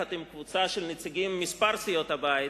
יחד עם קבוצה של נציגים מכמה מסיעות הבית,